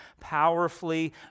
powerfully